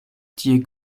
tie